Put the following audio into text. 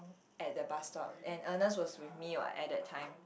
at the bus stop and Ernest was with me what at that time